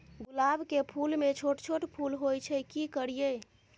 गुलाब के फूल में छोट छोट फूल होय छै की करियै?